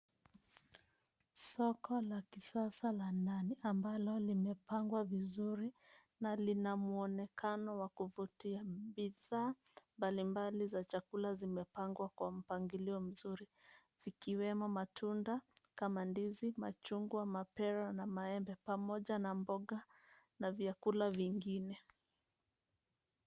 Soko la kisasa la ndani ambalo limepangwa vizuri na lina muonekano wa kuvutia bidhaa mbali mbali za chakula zimepangwa kwa mpangiliio mzuri vikiwemo matunda kama ndizi, machungwa, mapera na maembe pamoja na mboga na vyakula vingine.